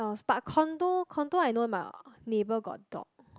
but condo condo I know my neighbour got dog